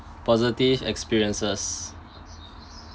positive experiences